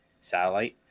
Satellite